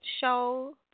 show